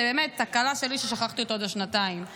שבאמת תקלה שלי ששכחתי אותו איזה שנתיים.